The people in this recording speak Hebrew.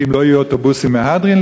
אם לא יהיה אוטובוסים למהדרין,